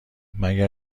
مگر